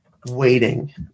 waiting